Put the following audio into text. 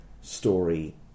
story